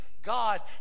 God